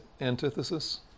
antithesis